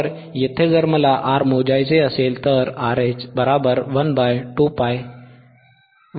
तर येथे जर मला R मोजायचे असेल तर RH12πfHCअसेल